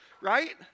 right